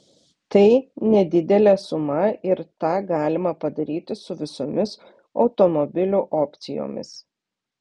tai nedidelė suma ir tą galima padaryti su visomis automobilių opcijomis